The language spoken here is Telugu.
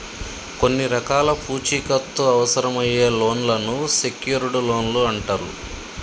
కొన్ని రకాల పూచీకత్తు అవసరమయ్యే లోన్లను సెక్యూర్డ్ లోన్లు అంటరు